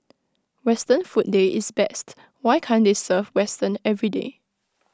western food day is best why can't they serve western everyday